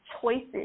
choices